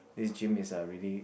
this gym is uh really